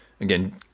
again